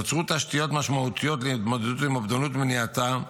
נוצרו תשתיות משמעותיות להתמודדות עם אובדנות ומניעתה,